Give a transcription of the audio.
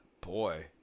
boy